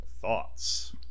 thoughts